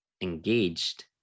engaged